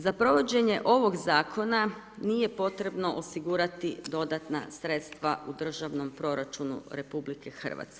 Za provođenje ovog zakona nije potrebno osigurati dodatna sredstva u Državnom proračunu RH.